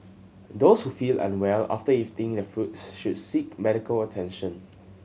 those who feel unwell after eating the fruits should seek medical attention